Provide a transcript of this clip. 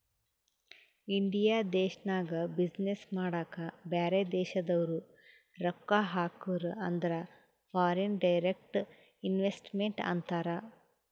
India ದೇಶ್ನಾಗ business ಮಾಡಾಕ ಬ್ಯಾರೆ ದೇಶದವ್ರು ರೊಕ್ಕಾ ಹಾಕುರ್ ಅಂದುರ್ ಫಾರಿನ್ ಡೈರೆಕ್ಟ್ ಇನ್ವೆಸ್ಟ್ಮೆಂಟ್ ಅಂತಾರ್